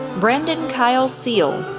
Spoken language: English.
brandon kyle seal,